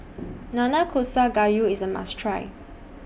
Nanakusa Gayu IS A must Try